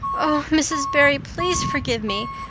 oh, mrs. barry, please forgive me.